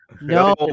no